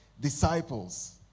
disciples